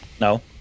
No